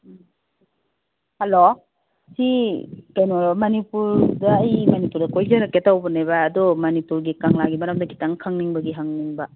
hello ꯁꯤ ꯀꯩꯅꯣꯔꯣ ꯃꯅꯤꯄꯨꯔꯗ ꯑꯩ ꯃꯅꯤꯄꯨꯔꯗ ꯀꯣꯏꯖꯔꯛꯀꯦ ꯇꯧꯕꯅꯦꯕ ꯑꯗꯣ ꯃꯅꯤꯄꯨꯔꯒꯤ ꯀꯪꯂꯥꯒꯤ ꯃꯔꯝꯗ ꯈꯤꯇꯪ ꯈꯪꯅꯤꯡꯕꯒꯤ ꯍꯪꯅꯤꯡꯕ